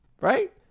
right